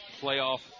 playoff